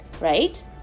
right